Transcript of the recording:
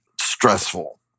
stressful